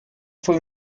fue